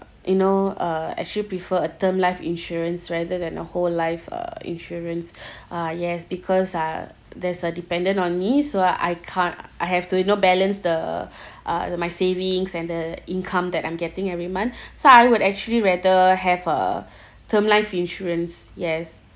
you know uh actually prefer a term life insurance rather than a whole life uh insurance ah yes because uh there's a dependent on me so I can't I have to you know balance the uh the my savings and the income that I'm getting every month so I would actually rather have a term life insurance yes